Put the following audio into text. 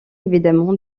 évidemment